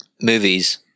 movies